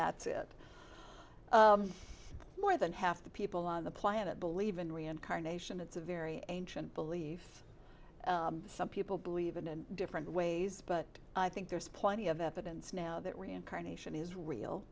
that's it more than half the people on the planet believe in reincarnation it's a very ancient belief some people believe in in different ways but i think there's plenty of evidence now that reincarnation is real